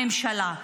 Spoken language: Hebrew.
בממשלה,